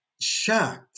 shocked